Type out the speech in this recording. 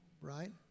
right